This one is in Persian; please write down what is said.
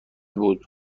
بود